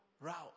route